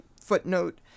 footnote